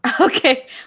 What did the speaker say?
Okay